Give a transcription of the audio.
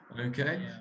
Okay